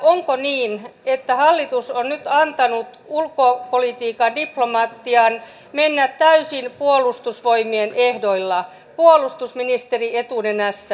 onko niin että hallitus on nyt antanut ulkopolitiikan diplomatian mennä täysin puolustusvoimien ehdoilla puolustusministeri etunenässä